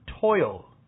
toil